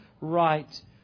right